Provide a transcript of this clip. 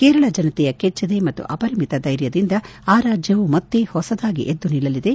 ಕೇರಳ ಜನತೆಯ ಕೆಚ್ಚದ ಮತ್ತು ಅಪರಿಮಿತ ಧ್ಯೆರ್ಯದಿಂದ ಆ ರಾಜ್ಯವು ಮತ್ತೆ ಹೊಸದಾಗಿ ಎದ್ದು ನಿಲ್ಲಲಿದೆ